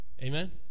Amen